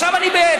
עכשיו אני בתפקיד.